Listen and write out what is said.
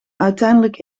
uiteindelijk